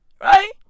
Right